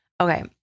Okay